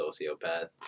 sociopath